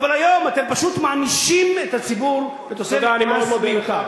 אבל היום אתם פשוט מענישים את הציבור בתוספת מס מיותר.